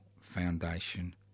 Foundation